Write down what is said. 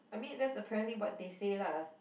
I mean that's apparently what they say lah